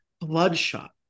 Bloodshot